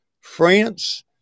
France